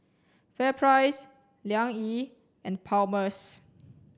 FairPrice Liang Yi and Palmer's